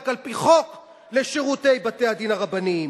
על-פי חוק לשירותי בתי-הדין הרבניים.